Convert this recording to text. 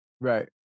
Right